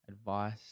advice